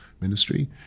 Ministry